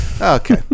okay